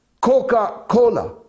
Coca-Cola